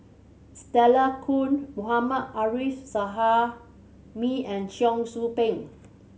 Stella Kon Mohammad Arif Suhaimi and Cheong Soo Pieng